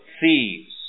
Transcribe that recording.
thieves